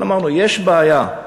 אבל אמרנו: יש בעיה,